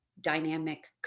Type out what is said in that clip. dynamic